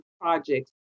projects